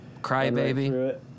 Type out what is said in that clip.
Crybaby